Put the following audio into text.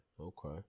Okay